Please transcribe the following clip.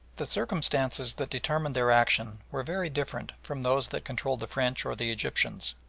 the circumstances that determined their action were very different from those that controlled the french or the egyptians.